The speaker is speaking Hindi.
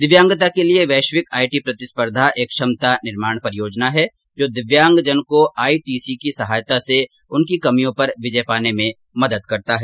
दिव्यांगता के लिए वैश्विक आईेंटी प्रतिस्पर्धा एक क्षमता निर्माण परियोजना है जो दिव्यांगजन को आईसीटी की सहायता से उनकी कमियों पर विजय पाने में मदद करता है